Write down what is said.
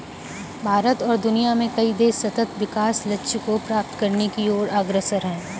भारत और दुनिया में कई देश सतत् विकास लक्ष्य को प्राप्त करने की ओर अग्रसर है